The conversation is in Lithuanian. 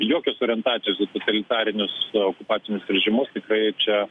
jokios orientacijos į totalitarinius okupacinius režimus tikrai čia